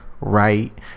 right